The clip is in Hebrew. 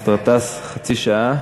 בחצי שעה,